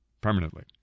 permanently